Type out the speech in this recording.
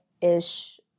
ish